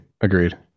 Agreed